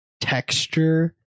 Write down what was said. texture